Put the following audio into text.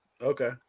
Okay